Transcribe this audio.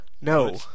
No